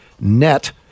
net